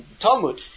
Talmud